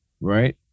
right